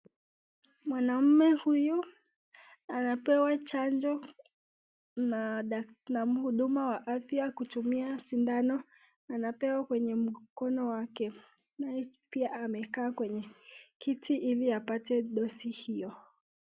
Mwanamume huyu anapewa chanjo na mhuduma wa afya, kutumia sindano anapewa kwenye mkono wake, pia amekaa kwenye kiti ili apate dosi hilo.